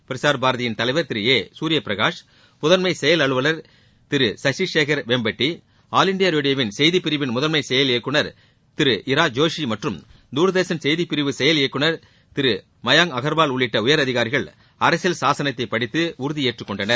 பிரசார் பாரதியின் தலைவர் திரு ஏ குர்யபிரகாஷ் முதன்ம செயல் அலுவலர் சசி சேகர் வெம்பட்டி ஆல் இண்டியா ரேடியோவின் செய்திப் பிரிவின் முதன்மை செயல் இயக்குநர் திரு இரா ஜோஷி மற்றும் துர்தர்ஷன் செய்திப் பிரிவு செயல் இயக்குநர் திரு மயாங் அகர்வால் உள்ளிட்ட உயரதிகாரிகள் அரசியல் சாசனத்தை படித்து உறுதியேற்றுக் கொண்டனர்